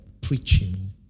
preaching